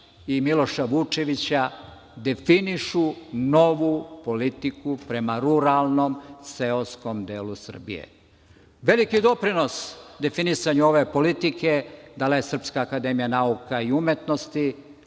i Miloša Vučevića definišu novu politiku prema ruralnom seoskom delu Srbije. Veliki doprinos definisanju ove politike dala je SANU, preciznije Akademijski